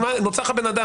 נוצר לך בן אדם